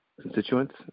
constituents